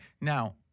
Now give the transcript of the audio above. Now